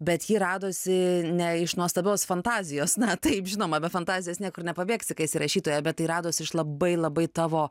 bet ji radosi ne iš nuostabios fantazijos na taip žinoma be fantazijos niekur nepabėgsi kai esi rašytoja bet tai radosi iš labai labai tavo